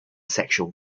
sexual